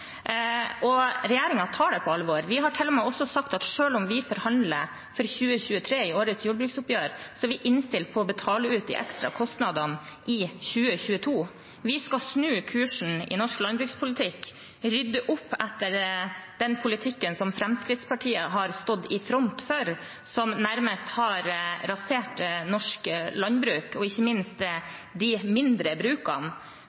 tar det på alvor. Vi har til og med sagt at selv om vi forhandler for 2023 i årets jordbruksoppgjør, er vi innstilt på å betale ut de ekstra kostnadene i 2022. Vi skal snu kursen i norsk landbrukspolitikk og rydde opp etter den politikken som Fremskrittspartiet har stått i front for, som nærmest har rasert norsk landbruk, ikke minst